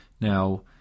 Now